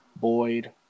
Boyd